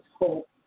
hope